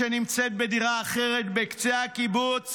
שנמצאת בדירה אחרת בקצה הקיבוץ